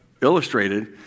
illustrated